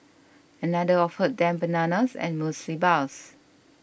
another offered them bananas and muesli bars